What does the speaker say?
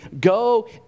Go